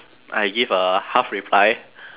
I give a half reply